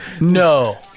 No